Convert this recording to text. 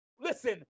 listen